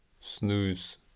Snooze